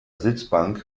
sitzbank